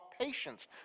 patience